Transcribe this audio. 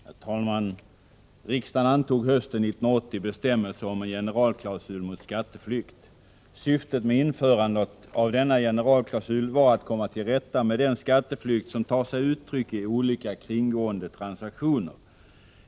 Herr talman! Riksdagen antog hösten 1980 bestämmelser om en generalklausul mot skatteflykt. Syftet med införandet av denna generalklausul var att komma till rätta med den skatteflykt som tar sig uttryck i olika kringgående transaktioner.